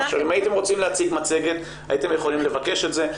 אם הייתם רוצים להציג מצגת הייתם יכולים לבקש את זה.